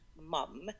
mum